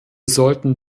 sollten